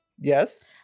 yes